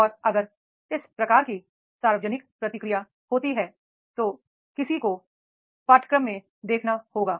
और अगर इस प्रकार की सार्वजनिक प्रतिक्रिया होती है तो किसी को पाठ्यक्रम में देखना होगा